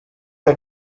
der